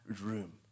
room